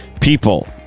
people